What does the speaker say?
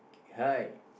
hi